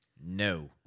No